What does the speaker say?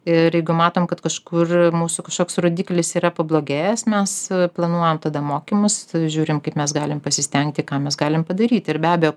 ir jeigu matom kad kažkur mūsų kažkoks rodiklis yra pablogėjęs mes planuojam tada mokymus žiūrim kaip mes galim pasistengti ką mes galim padaryti ir be abejo